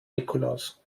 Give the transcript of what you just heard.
nikolaus